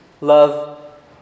love